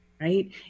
right